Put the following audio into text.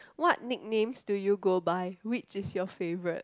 what nicknames do you go by which is your favourite